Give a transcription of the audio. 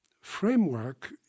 framework